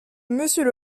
monsieur